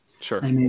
Sure